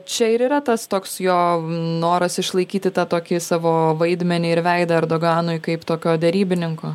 čia ir yra tas toks jo noras išlaikyti tą tokį savo vaidmenį ir veidą erdoganui kaip tokio derybininko